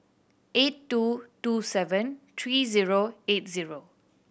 eight two two seven three zero eight zero